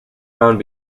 found